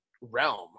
realm